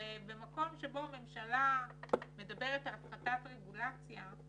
במקום שבו הממשלה מדברת על הפחתת רגולציה,